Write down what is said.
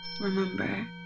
Remember